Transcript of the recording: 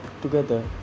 Together